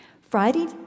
Friday